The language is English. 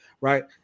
Right